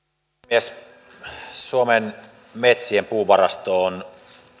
rouva puhemies suomen metsien puuvarasto on